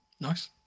Nice